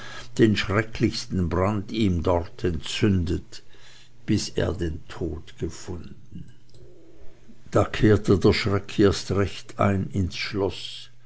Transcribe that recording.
den schrecklichsten brand ihm dort entzündet bis er den tod gefunden da kehrte der schreck erst recht ein ins schloß